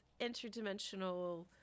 interdimensional